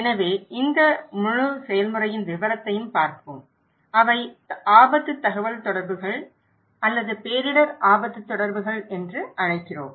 எனவே இந்த முழு செயல்முறையின் விவரத்தையும் பார்ப்போம் அவை ஆபத்து தகவல்தொடர்புகள் அல்லது பேரிடர் ஆபத்து தொடர்புகள் என்று அழைக்கிறோம்